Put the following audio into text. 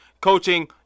coaching